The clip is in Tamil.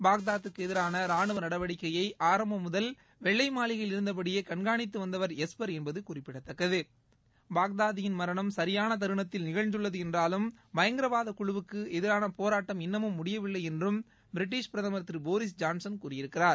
பாக்தாத்துக்கு எதிரான ரானுவ நடவடிக்கையை ஆரம்பம் முதல் வெள்ளை மாளிகையில் இருந்தபடியே கண்காணித்து வந்தவர் எஸ்பர் என்பது குறிப்பிடத்தக்கது பாக்தாதியின் மரணம் சரியான தருணத்தில் நிகழந்துள்ளது என்றாலும் பயங்கரவாத குழுவுக்கு எதிரான போராட்டம் இன்னமும் முடியவில்லை என்றும் பிரிட்டிஷ் பிரதமர் திரு போரிஸ் ஜான்சன் கூறியிருக்கிறார்